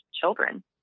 children